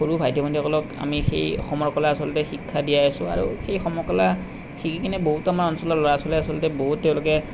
সৰু ভাইটি ভণ্টীসকলক আমি সেই সমৰ কলা আচলতে শিক্ষা দিয়াই আছোঁ আৰু সেই সমৰ কলা শিকি কিনে বহুত আমাৰ অঞ্চলৰ ল'ৰা ছোৱালী আচলতে বহুত তেওঁলোকে